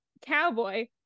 Cowboy